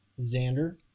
Xander